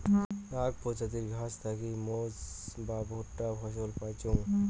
আক প্রজাতির ঘাস থাকি মেজ বা ভুট্টা ফছল পাইচুঙ